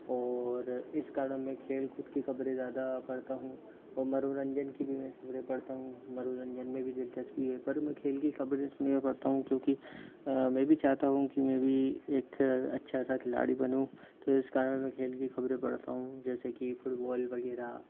और इस कारण मैं खेलकूद की खबरें ज़्यादा पढ़ता हूँ और मनोरंजन की भी मैं खबरें पढ़ता हूँ मनोरंजन में भी दिलचस्पी है पर मैं खेल की खबरें इसलिए पढ़ता हूँ क्योंकि मैं भी चाहता हूँ कि मैं भी एक अच्छा सा खिलाड़ी बनूँ तो इस कारण मैं खेल की खबरें पढ़ता हूँ जैसे कि फ़ुटबॉल वगैरह